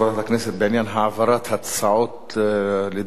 הצעת ועדת הכנסת להעביר את ההצעות לסדר-היום